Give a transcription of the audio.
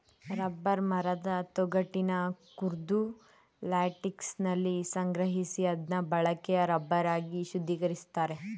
rubber ಮರದ ತೊಗಟೆನ ಕೊರ್ದು ಲ್ಯಾಟೆಕ್ಸನ ಸಂಗ್ರಹಿಸಿ ಅದ್ನ ಬಳಕೆಯ ರಬ್ಬರ್ ಆಗಿ ಶುದ್ಧೀಕರಿಸ್ತಾರೆ